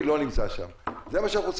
אם זה לא הובן, אפשר להסביר עוד פעם.